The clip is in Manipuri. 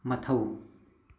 ꯃꯊꯧ